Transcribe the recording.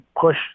push